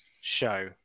show